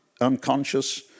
unconscious